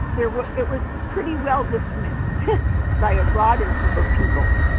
yeah was it was pretty well dismissed by a broader group of people.